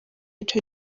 ico